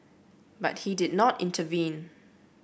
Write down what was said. but he did not intervene